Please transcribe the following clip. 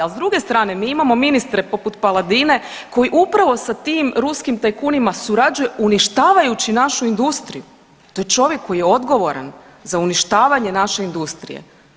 Al s druge strane mi imamo ministre poput Paladine koji upravo sa tim ruskim tajkunima surađuje uništavajući našu industriju, to je čovjek koji je odgovoran za uništavanje naše industrije.